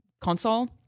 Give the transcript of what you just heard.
console